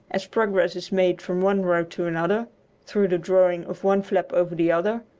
as progress is made from one row to another through the drawing of one flap over the other,